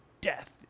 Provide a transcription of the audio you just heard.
death